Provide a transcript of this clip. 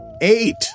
eight